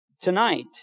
tonight